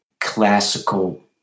classical